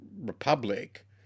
republic